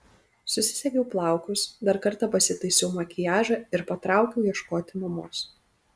susisegiau plaukus dar kartą pasitaisiau makiažą ir patraukiau ieškoti mamos